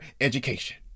education